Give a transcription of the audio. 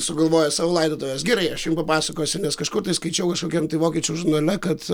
sugalvoja savo laidotuves gerai aš jum papasakosiu nes kažkur tai skaičiau kažkokiam tai vokiečių žurnale kad